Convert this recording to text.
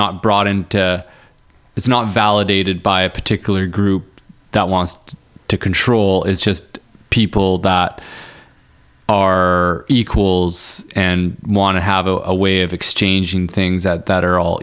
not brought in it's not validated by a particular group that wants to control it's just people are equals and want to have a way of exchanging things that are all